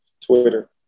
Twitter